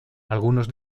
algunos